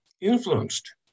influenced